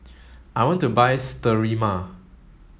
I want to buy Sterimar